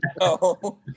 no